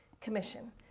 commission